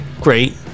great